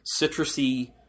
citrusy